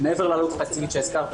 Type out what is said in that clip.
מעבר לעלות התקציבית שהזכרת,